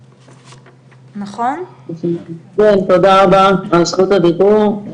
תודה רבה על זכות הדיבור.